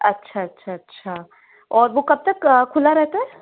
अच्छा अच्छा अच्छा और वो कब तक खुला रहता है